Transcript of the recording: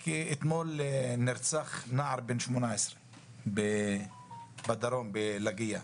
רק אתמול נרצח נער בן 18 בדרום, בלקיה,